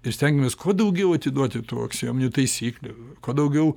ir stengiamės kuo daugiau atiduoti tų aksiominių taisyklių kuo daugiau